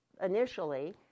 initially